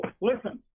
Listen